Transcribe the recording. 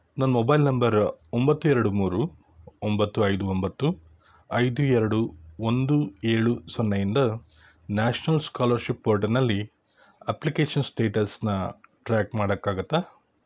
ನನ್ನ mobile number ಒಂಬತ್ತು ಎರಡು ಮೂರು ಒಂಬತ್ತು ಐದು ಒಂಬತ್ತು ಐದು ಎರಡು ಒಂದು ಏಳು ಸೊನ್ನೆಯಿಂದ ನ್ಯಾಷನಲ್ ಸ್ಕಾಲರ್ಷಿಪ್ ಪೋರ್ಟಲ್ನಲ್ಲಿ ಅಪ್ಲಿಕೇಷನ್ ಸ್ಟೇಟಸನ್ನ ಟ್ರ್ಯಾಕ್ ಮಾಡೋಕ್ಕಾಗತ್ತಾ